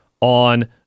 on